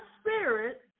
spirit